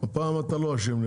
הפעם אתה לא אשם.